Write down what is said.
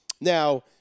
Now